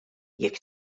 jekk